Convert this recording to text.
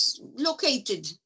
located